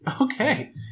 okay